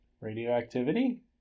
Radioactivity